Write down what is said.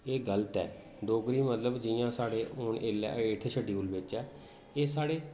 एह् गल्त ऐ डोगरी मतलब जि'यां साढ़े हुन ऐल्लै एटथ शड्यूल बिच ऐ